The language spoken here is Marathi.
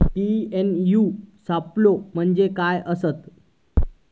टी.एन.ए.यू सापलो म्हणजे काय असतां?